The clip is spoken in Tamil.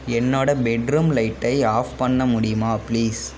என்னோட பெட்ரூம் லைட்டை ஆஃப் பண்ண முடியுமா பிளீஸ்